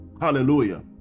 Hallelujah